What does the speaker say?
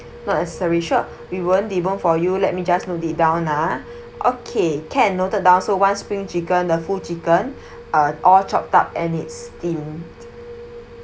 not necessary sure we won't debone for you let me just note it down ah okay can noted down so one spring chicken the full chicken uh all chopped up and it's steamed